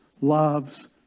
loves